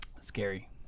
Scary